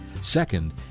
Second